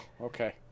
okay